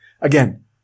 again